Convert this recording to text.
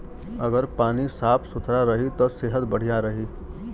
अगर पानी साफ सुथरा रही त सेहत बढ़िया रही